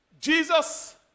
Jesus